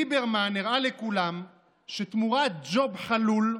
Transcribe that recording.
ליברמן הראה לכולם שתמורת ג'וב חלול,